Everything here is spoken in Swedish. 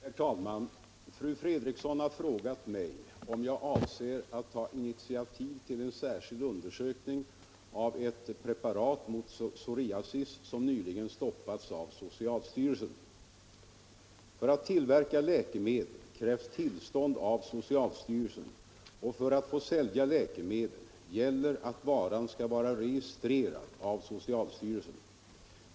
Herr talman! Fru Fredrikson har frågat mig om jag avser att ta initiativ till en särskild undersökning av ett preparat mot psoriasis som nyligen stoppats av socialstyrelsen. För att tillverka läkemedel krävs tillstånd av socialstyrelsen och för att få sälja läkemedel gäller att varan skall vara registrerad av socialstyrelsen.